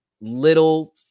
little